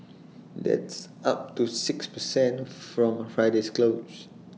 that's up to six per cent from Friday's close